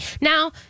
Now